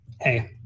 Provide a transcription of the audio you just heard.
hey